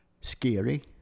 Scary